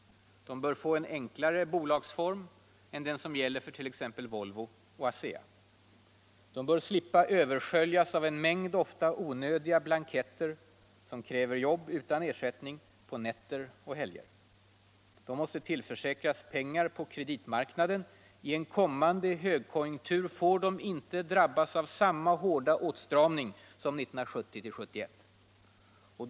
De bör få en enklare bolagsform än den som gäller för t.ex. Volvo och ASEA. De bör slippa översköljas av en mängd ofta onödiga blanketter, som kräver jobb utan ersättning på nätter och helger. De måste tillförsäkras pengar på kreditmarknaden. I en kommande högkonjunktur får de inte drabbas av samma hårda åtstramning som 1970-1971.